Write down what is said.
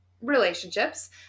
relationships